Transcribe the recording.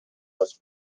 was